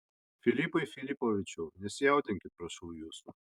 filipai filipovičiau nesijaudinkit prašau jūsų